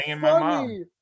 funny